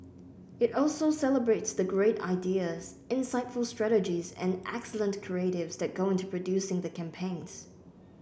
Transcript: it also celebrates the great ideas insightful strategies and excellent creatives that go into producing the campaigns